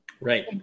Right